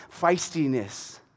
feistiness